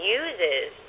uses